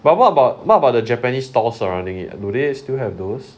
but what about what about the japanese stall surrounding it do they still have those